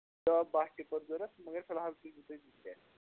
دَہ بَہہ ٹِپَر ضوٚرَتھ مگر فِلحال سوٗزِو تُہۍ زٕ ترٛےٚ